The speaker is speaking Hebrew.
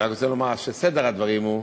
אני רק רוצה לומר שסדר הדברים הוא,